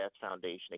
Foundation